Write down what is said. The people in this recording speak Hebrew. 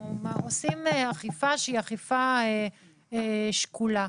אנחנו עושים אכיפה שהיא אכיפה שקולה.